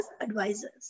advisors